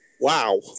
Wow